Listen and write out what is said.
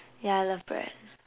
yeah I love bread